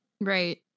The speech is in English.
right